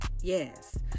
Yes